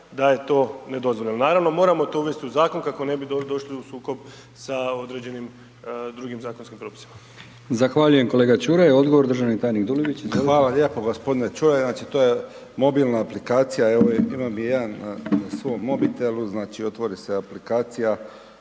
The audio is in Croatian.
da je to nedozvoljeno. Naravno, moramo to uvesti u zakon kako ne bi došli u sukob sa određenim drugim zakonskim propisima. **Brkić, Milijan (HDZ)** Zahvaljujem kolega Čuraj. Odgovor državni tajnik Dulibić, izvolite. **Dulibić, Tomislav (HDZ)** Hvala lijepo. g. Ćuraj, to je mobilna aplikacija, evo imam je i ja na svom mobitelu, znači, otvori se aplikacija